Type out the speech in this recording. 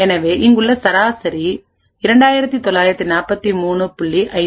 எனவே இங்குள்ள சராசரி 2943